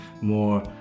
more